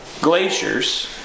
Glaciers